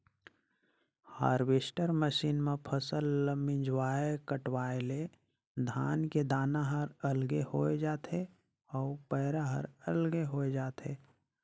harvester machine म फसल ल मिंजवाय कटवाय ले धान के दाना हर अलगे होय जाथे अउ पैरा हर अलगे होय जाथे